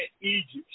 Egypt